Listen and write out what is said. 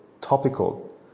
topical